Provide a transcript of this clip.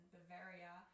Bavaria